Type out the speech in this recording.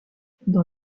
dans